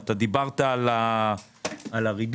דיברת על הריבית,